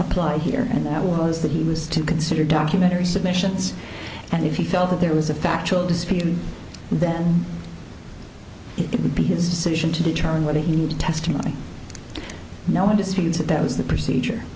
apply here and that was that he was to consider documentary submissions and if you felt that there was a factual dispute then it would be his decision to determine what he knew testimony no one disputes that that was the procedure